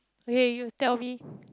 okay you tell me